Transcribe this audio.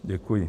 Děkuji.